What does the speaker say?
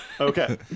Okay